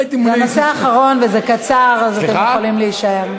זה הנושא האחרון וזה קצר, אז אתם יכולים להישאר.